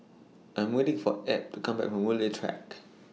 I Am waiting For Ebb to Come Back from Woodleigh Track